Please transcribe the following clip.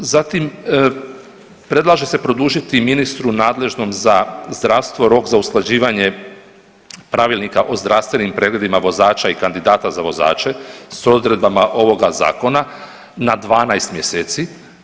Zatim predlaže se produžiti ministru nadležnom za zdravstvo rok za usklađivanje pravilnika o zdravstvenim pregledima vozača i kandidata za vozače s odredbama ovoga zakona na 12 mjeseci.